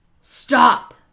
Stop